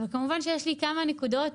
אבל כמובן שיש לי כמה נקודות,